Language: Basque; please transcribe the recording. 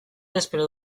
espero